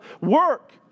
work